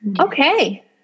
Okay